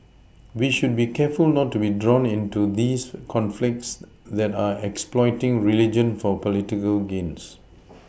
we should be careful not to be drawn into these conflicts that are exploiting religion for political games